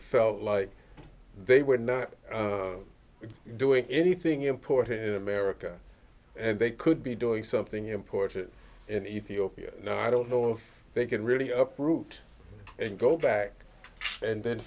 felt like they were not doing anything important in america and they could be doing something important in ethiopia no i don't know if they can really up root and go back and then